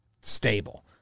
stable